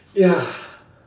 ya